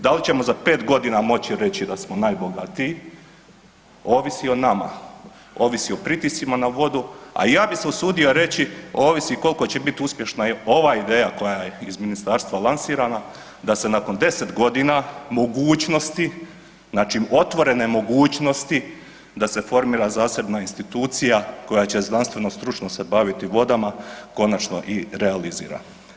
Da li ćemo za 5 godina moći reći da smo najbogatiji, ovisi o nama, ovisi o pritiscima na vodu, a ja bih se usudio reći, ovisi koliko će biti uspješna ova ideja, koja je iz Ministarstva lansirana, da se nakon 10 godina mogućnosti, znači otvorene mogućnosti da se formira zasebna institucija koja će znanstveno-stručno se baviti vodama, konačno i realizira.